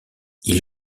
ils